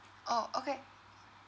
orh okay